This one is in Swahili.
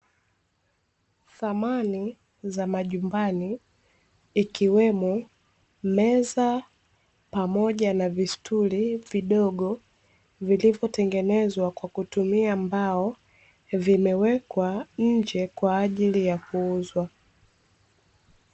Samani za majumbani ikiwemo meza pamoja na vistuli vidogo vilivyotengenezwa kwa kutumia mbao, vimewekwa nje kwa ajili ya kuuzwa.